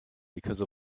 because